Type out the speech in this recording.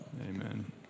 Amen